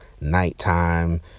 nighttime